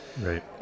Right